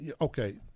Okay